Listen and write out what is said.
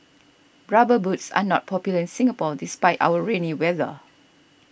rubber boots are not popular in Singapore despite our rainy weather